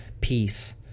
peace